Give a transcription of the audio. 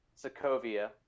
Sokovia